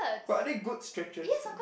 but are they good stretches